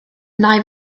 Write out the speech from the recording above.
nai